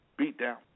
Beatdown